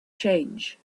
change